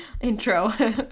intro